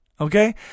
Okay